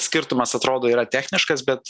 skirtumas atrodo yra techniškas bet